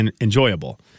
enjoyable